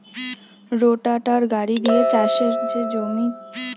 রোটাটার গাড়ি দিয়ে চাষের যে জমি থাকছে তাতে চাষ হচ্ছে